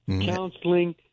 Counseling